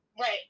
Right